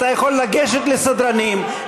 אתה יכול לגשת לסדרנים,